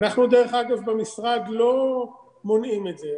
אנחנו, דרך אגב, במשרד לא מונעים את זה.